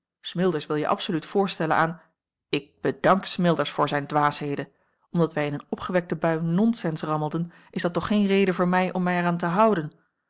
smilders wil je absoluut voorstellen aan ik bedank smilders voor zijn dwaasheden omdat wij in een opgewekte bui nonsens rammelden is dat toch geen reden voor mij om mij er aan te houden